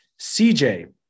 CJ